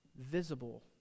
visible